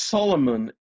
Solomon